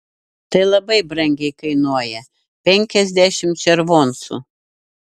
tai labai brangiai kainuoja penkiasdešimt červoncų